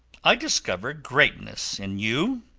i discover greatness in you,